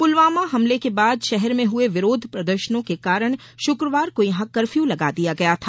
पुलवामा हमले के बाद शहर में हुए विरोध प्रदर्शनों के कारण शुक्रवार को यहां कर्फ्यू लगा दिया गया था